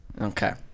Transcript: Okay